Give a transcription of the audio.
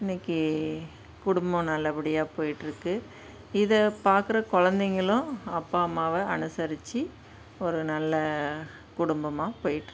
இன்றைக்கி குடும்பம் நல்லபடியாக போயிட்டு இருக்குது இதைப் பார்க்குற குழந்தைகளும் அப்பா அம்மாவை அனுசரித்து ஒரு நல்ல குடும்பமாக போயிட்டுருக்குது